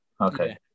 Okay